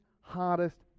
hardest